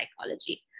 psychology